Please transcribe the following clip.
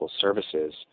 Services